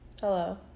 Hello